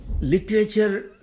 literature